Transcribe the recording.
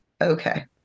okay